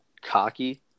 cocky